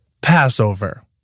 Passover